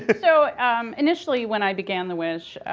so um initially when i began the wish,